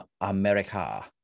America